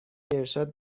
ارشاد